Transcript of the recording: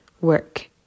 work